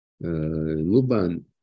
Luban